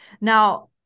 Now